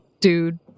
dude